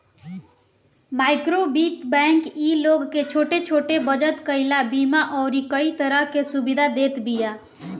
माइक्रोवित्त बैंक इ लोग के छोट छोट बचत कईला, बीमा अउरी कई तरह के सुविधा देत बिया